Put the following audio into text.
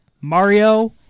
Mario